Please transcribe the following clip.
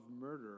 murder